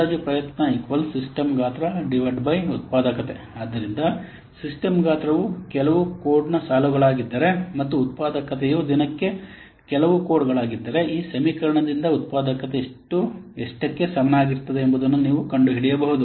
ಅಂದಾಜು ಪ್ರಯತ್ನ ಸಿಸ್ಟಮ್ ಗಾತ್ರ ಉತ್ಪಾದಕತೆ estimated effort productivity ಆದ್ದರಿಂದ ಸಿಸ್ಟಮ್ ಗಾತ್ರವು ಕೆಲವು ಕೋಡ್ನ ಸಾಲುಗಳಾಗಿದ್ದರೆ ಮತ್ತು ಉತ್ಪಾದಕತೆಯು ದಿನಕ್ಕೆ ಕೆಲವು ಕೋಡ್ಗಳಾಗಿದ್ದರೆ ಈ ಸಮೀಕರಣದಿಂದ ಉತ್ಪಾದಕತೆ ಎಷ್ಟಕ್ಕೆ ಸಮನಾಗಿರುತ್ತದೆ ಎಂಬುದನ್ನು ನೀವು ಕಂಡುಹಿಡಿಯಬಹುದು